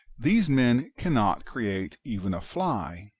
these men cannot create even a fly,